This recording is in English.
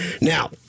Now